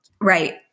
Right